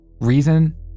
Reason